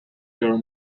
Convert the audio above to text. her